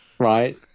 right